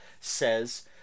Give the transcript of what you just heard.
says